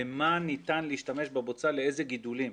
מה שניתן להשתמש בבוצה, לאיזה גידולים.